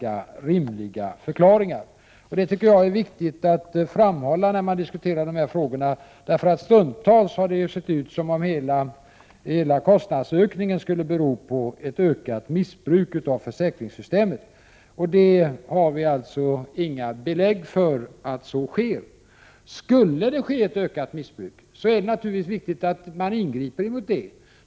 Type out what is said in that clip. Jag tycker att detta är viktigt att framhålla när man diskuterar dessa frågor. Stundtals har det nämligen sett ut som om hela kostnadsökningen skulle bero på ett ökat missbruk av försäkringssystemet, men vi har alltså inga belägg för att det är fallet. Om det skulle ske ett ökat missbruk är det naturligtvis viktigt att man ingriper mot det.